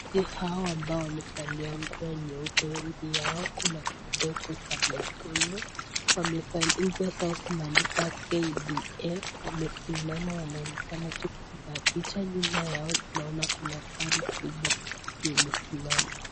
Wachezaji hawa ambao wamevalia nguo nyeupe wengi yao, kuna kidogo za nyekundu ,nguo zao zimeandikwa KDF, wamesimama wanaonekana tu kupiga picha nyuma yao tunaona kuna gari kubwa imesimama.